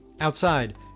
Outside